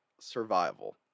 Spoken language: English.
survival